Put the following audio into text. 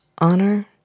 honor